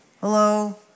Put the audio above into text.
hello